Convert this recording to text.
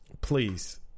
please